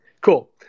Cool